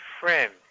friend